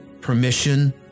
permission